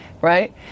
right